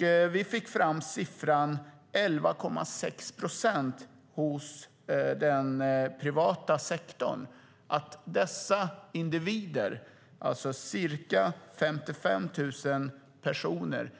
Man fick fram siffran 11,6 procent i den privata sektorn. Dessa individer, alltså ca 55 000 personer,